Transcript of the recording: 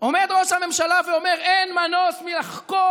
עומד ראש הממשלה ואומר: אין מנוס מלחקור